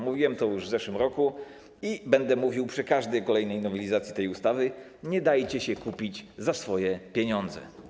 Mówiłem to już w zeszłym roku i będę mówił przy każdej kolejnej nowelizacji tej ustawy: Nie dajcie się kupić za swoje pieniądze.